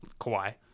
Kawhi